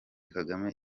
kagame